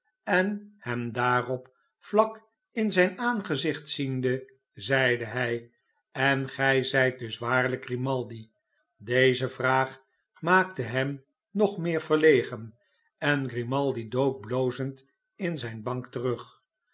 en hem geimaldi bloost daarop vlak in het aangezicht ziende zeide hij en gij zijt dus waarlijk grimaldi deze vraag maakte hem nog meer verlegen en grimaldi dook blozend in de bank terug